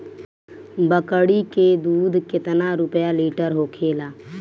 बकड़ी के दूध केतना रुपया लीटर होखेला?